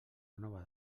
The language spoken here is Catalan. nova